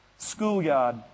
schoolyard